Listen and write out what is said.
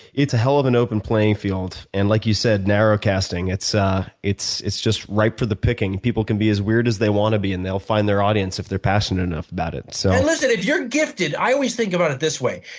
it's a hell of an open playing field. and like you said, narrow casting, it's ah it's just ripe for the picking. people can be as weird as they want to be and they'll find their audience if they're passionate enough about it. so and listen, if you're gifted, i always think about this way.